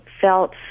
felt